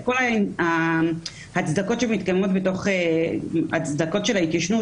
כל ההצדקות שמתקיימות בתוך ההצדקות של ההתיישנות,